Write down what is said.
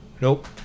Nope